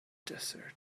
desert